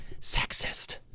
sexist